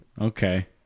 okay